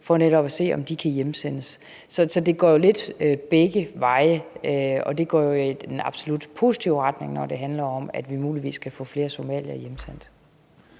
vi netop kan se, om de kan hjemsendes. Så det går jo lidt begge veje, og det går i den absolut positive retning, når det handler om, at vi muligvis kan få flere somaliere hjemsendt.